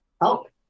help